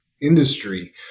industry